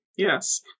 Yes